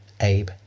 Abe